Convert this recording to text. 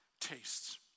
tastes